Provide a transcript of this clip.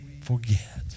forget